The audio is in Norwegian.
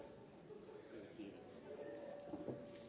mener også det er